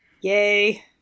Yay